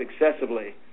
excessively